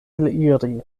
eliri